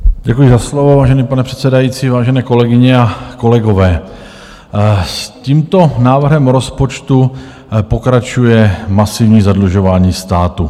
Děkuji za slovo, vážený pane předsedající, vážené kolegyně a kolegové, s tímto návrhem rozpočtu pokračuje masivní zadlužování státu.